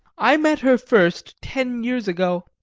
i met her first ten years ago,